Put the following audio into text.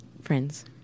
Friends